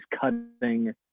cutting